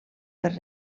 per